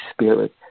Spirit